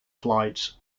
flights